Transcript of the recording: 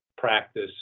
practice